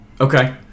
Okay